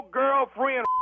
girlfriend